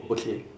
okay